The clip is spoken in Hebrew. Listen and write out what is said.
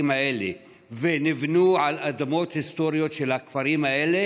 האלה ונבנו על אדמות היסטוריות של הכפרים האלה